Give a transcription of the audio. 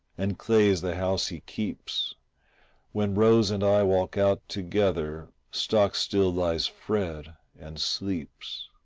and clay's the house he keeps when rose and i walk out together stock-still lies fred and sleeps.